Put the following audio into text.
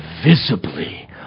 visibly